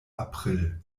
april